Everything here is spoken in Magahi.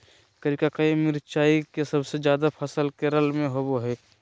करिककी मिरचाई के सबसे ज्यादा फसल केरल में होबो हइ